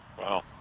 Wow